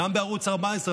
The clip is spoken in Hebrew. גם בערוץ 14,